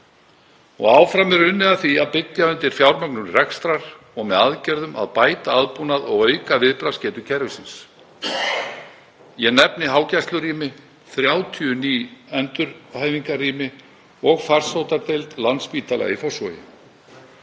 Og áfram er unnið að því að byggja undir fjármögnun rekstrar og með aðgerðum að bæta aðbúnað og auka viðbragðsgetu kerfisins. Ég nefni hágæslurými, 30 ný endurhæfingarrými og farsóttardeild Landspítala í Fossvogi.